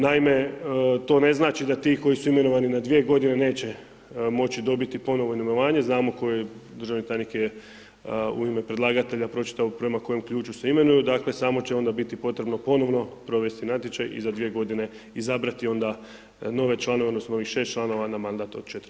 Naime, to ne znači da ti koji su imenovani na dvije godine neće moći dobiti ponovo imenovanje, znamo koji državni tajnik je u ime predlagatelja pročitao prema kojem ključu se imenuju, dakle, samo će onda biti potrebno ponovno provesti natječaj i za dvije godine izabrati onda nove članove odnosno 6 članova na mandat od 4 godine.